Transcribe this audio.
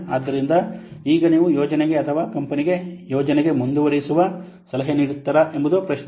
ಆದ್ದರಿಂದ ಈಗ ನೀವು ಯೋಜನೆಗೆ ಅಥವಾ ಕಂಪನಿಗೆ ಯೋಜನೆಗೆ ಮುಂದುವರಿಯುವ ಸಲಹೆ ನೀಡುತ್ತೀರಾ ಎಂಬುದು ಪ್ರಶ್ನೆ